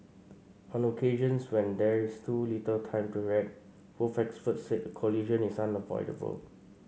on occasions when there is too little time to react both experts said a collision is unavoidable